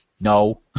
No